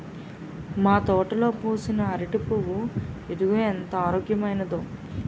మా తోటలో పూసిన అరిటి పువ్వు ఇదిగో ఎంత ఆరోగ్యమైనదో